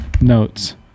notes